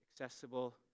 accessible